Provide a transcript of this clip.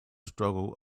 struggle